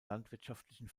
landwirtschaftlichen